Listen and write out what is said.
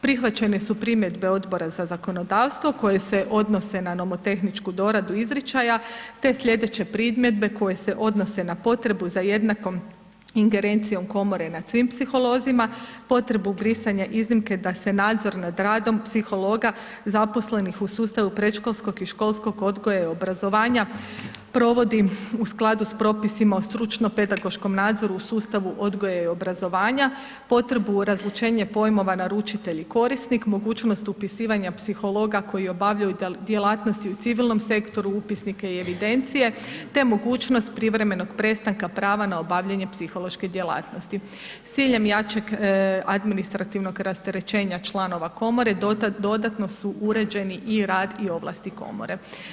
Prihvaćene su primjedbe Odbora za zakonodavstvo koje se odnosne na nomotehničku doradu izričaja te sljedeće primjedbe koje se odnose na potrebu za jednakom ingerencijom komore nad svim psiholozima, potrebu brisanja iznimke da se nadzor nad radom psihologa zaposlenih u sustavu predškolskog i školskog odgoja i obrazovanja provodi u skladu s propisima o stručno-pedagoškom nadzoru u sustavu odgoja i obrazovanja, potrebu razlučenje pojmova naručitelj i korisnik, mogućnost upisivanja psihologa koji obavljaju djelatnosti u civilnom sektoru upisnika i evidencije te mogućnost privremenog prestanka prava na obavljanje psihološke djelatnosti s ciljem jačeg administrativnog rasterećenja članova komore, dodatno su uređeni i rad i ovlasti komore.